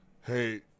Hey